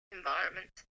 environment